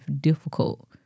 difficult